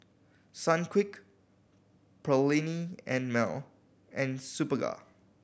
Sunquick Perllini and Mel and Superga